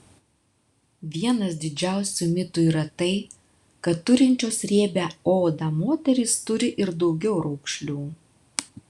vienas didžiausių mitų yra tai kad turinčios riebią odą moterys turi ir daugiau raukšlių